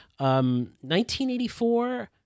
1984